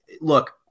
look